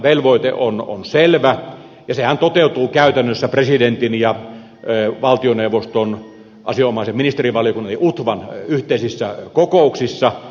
yhteistoimintavelvoite on selvä ja sehän toteutuu käytännössä presidentin ja valtioneuvoston asianomaisen ministerivaliokunnan eli utvan yhteisissä kokouksissa